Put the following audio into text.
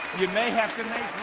you may have to